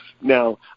Now